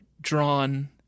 drawn